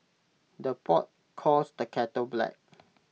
the pot calls the kettle black